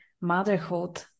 motherhood